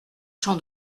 champ